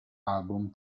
album